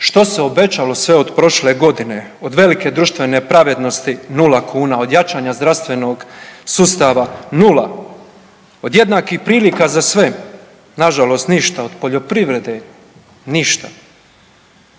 što se obećalo sve od prošle godine, od velike društvene pravednosti, 0 kuna, od jačanja zdravstvenog sustava, 0. Od jednakih prilika za sve, nažalost ništa, od poljoprivrede, ništa.